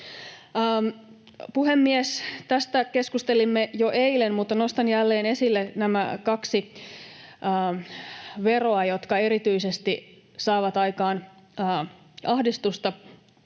Puhemies! Tästä keskustelimme jo eilen, mutta nostan jälleen esille nämä kaksi veroa, jotka erityisesti saavat aikaan ahdistusta,